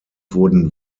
wurden